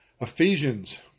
Ephesians